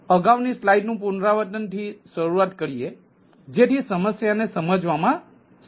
માટે અગાઉની સ્લાઇડનું પુનરાવર્તન થી શરૂઆત કરીએ જેથી સમસ્યા ને સમજવામાં સરળતા રહેશે